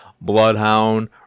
Bloodhound